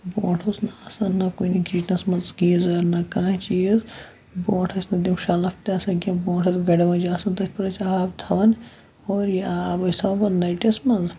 برونٛٹھ اوس نہٕ آسان نہ کُنہِ کِچنَس منٛز گیٖزَر نہ کانٛہہ چیٖز بروںٛٹھ ٲسۍ نہٕ تِم شیٚلَف تہِ آسان کینٛہہ برونٛٹھ ٲسۍ گَڑٕ واجہِ آسان تٔتھۍ پٮ۪ٹھ ٲسۍ آب تھَوان اور یہِ آب ٲسۍ تھَوان نٔٹھِس منٛز